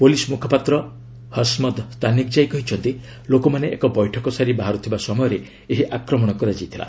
police ମ୍ରଖପାତ୍ର ହସ୍ମଦ୍ ସ୍ତାନିକ୍ଜାଇ କହିଛନ୍ତି ଲୋକମାନେ ଏକ ବୈଠକ ସାରି ବାହାର୍ତ୍ତିଥିବା ସମୟରେ ଏହି ଆକ୍ରମଣ କରାଯାଇଥିଲା